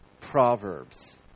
Proverbs